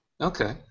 Okay